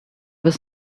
was